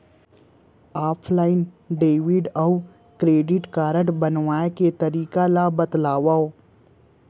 Offline debit अऊ credit card बनवाए के तरीका ल बतावव?